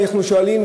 ואנחנו שואלים,